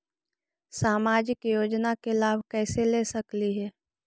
सामाजिक योजना के लाभ कैसे ले सकली हे?